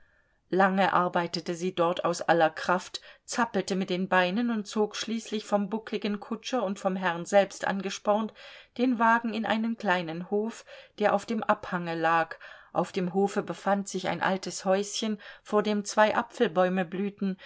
lange arbeitete sie dort aus aller kraft zappelte mit den beinen und zog schließlich vom buckligen kutscher und vom herrn selbst angespornt den wagen in einen kleinen hof der auf dem abhange lag auf dem hofe befand sich ein altes häuschen vor dem zwei apfelbäume blühten